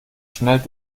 schnell